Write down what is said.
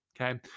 okay